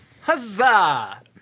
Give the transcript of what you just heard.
Huzzah